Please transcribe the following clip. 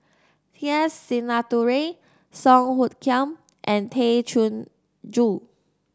T S Sinnathuray Song Hoot Kiam and Tay Chin Joo